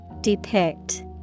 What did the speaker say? Depict